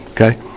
okay